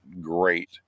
great